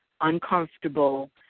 uncomfortable